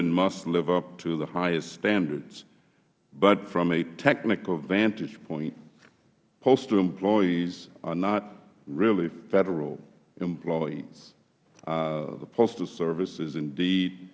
and must live up to the highest standards but from a technical vantage point postal employees are not really federal employees the postal service is indeed